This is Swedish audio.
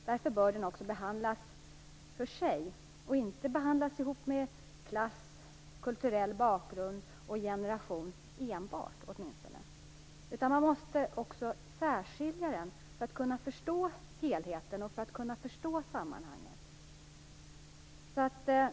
Därför bör den också behandlas för sig, och inte ihop med klass, kulturell bakgrund och generation - åtminstone inte enbart. Man måste också särskilja den för att kunna förstå helheten och sammanhanget.